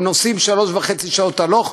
והם נוסעים שלוש שעות וחצי הלוך,